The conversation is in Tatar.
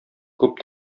күп